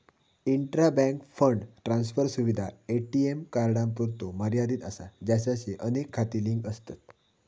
intra bank fund transfer सुविधा ATM कार्डांपुरतो मर्यादित असा ज्याचाशी अनेक खाती लिंक आसत